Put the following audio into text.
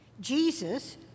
Jesus